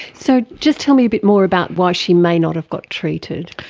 so just tell me a bit more about why she may not have got treated?